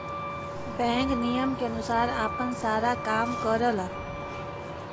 bank नियम के अनुसार आपन सारा काम करला